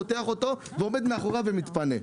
פותח אותו ועומד מאחוריו ומתפנה.